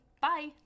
Bye